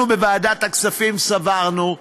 אנחנו בוועדת הכספים סברנו,